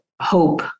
hope